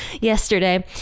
Yesterday